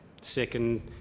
second